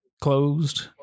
closed